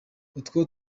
icyo